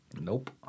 Nope